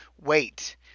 wait